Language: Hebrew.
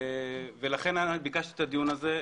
לכן ביקשתי את הדיון הזה.